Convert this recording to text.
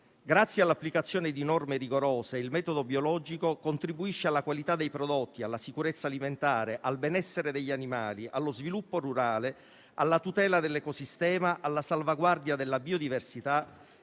grazie all'applicazione di norme rigorose di produzione, contribuisce alla qualità dei prodotti, alla sicurezza alimentare, al benessere degli animali, allo sviluppo rurale, alla tutela dell'ambiente e dell'ecosistema, alla salvaguardia della biodiversità